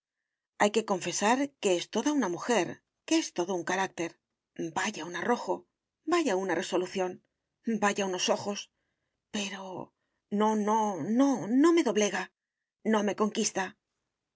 hay que confesar que es toda una mujer que es todo un carácter vaya un arrojo vaya una resolución vaya unos ojos pero no no no no me doblega no me conquista